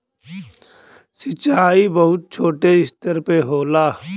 सिंचाई बहुत छोटे स्तर पे होला